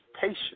patience